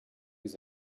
vus